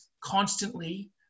constantly